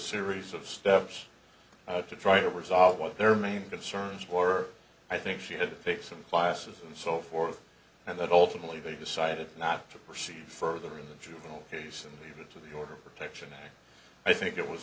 series of steps to try to resolve what their main concerns were i think she had to fix some classes so forth and that ultimately they decided not to proceed further in the juvenile case and leave it to the order of protection i think it was